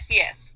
yes